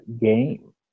game